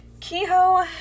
Kehoe